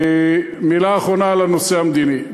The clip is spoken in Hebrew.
מילה אחרונה על הנושא המדיני.